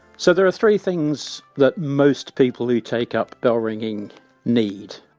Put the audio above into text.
so, there are three things that most people who take up bell ringing need.